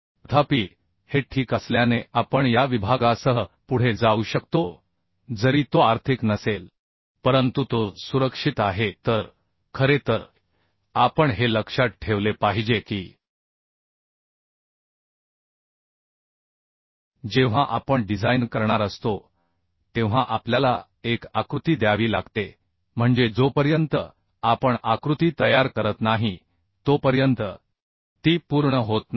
तथापि हे ठीक असल्याने आपण या विभागासह पुढे जाऊ शकतो जरी तो आर्थिक नसेल परंतु तो सुरक्षित आहे तर खरे तर आपण हे लक्षात ठेवले पाहिजे की जेव्हा आपण डिझाइन करणार असतो तेव्हा आपल्याला एक आकृती द्यावी लागते म्हणजे जोपर्यंत आपण आकृती तयार करत नाही तोपर्यंत ती पूर्ण होत नाही